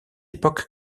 époque